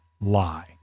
lie